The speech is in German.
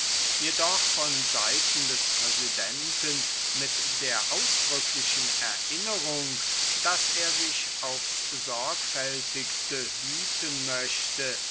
jedoch von seiten des präsidenten mit der ausdrücklichen erinnerung daß er sich aufs sorgfältigste hüten möchte